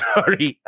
Sorry